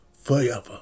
forever